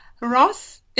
Ross